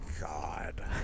God